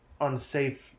unsafe